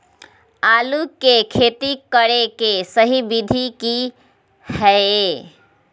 आलू के खेती करें के सही विधि की हय?